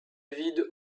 vide